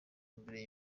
imbere